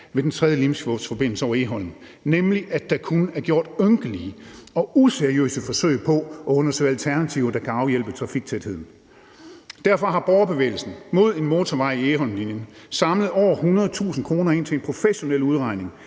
ved Den 3. Limfjordsforbindelse over Egholm, nemlig at der kun er gjort ynkelige og useriøse forsøg på at undersøge alternativer, der kan afhjælpe trafiktætheden. Derfor har borgerbevægelsen mod en motorvej i Egholmlinjen samlet over 100.000 kr. ind til en professionel udregning